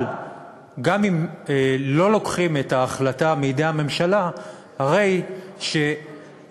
אבל גם אם לא לוקחים את ההחלטה מידי הממשלה יש מקום